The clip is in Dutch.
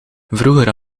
vroeger